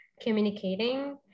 communicating